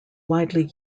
widely